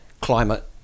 climate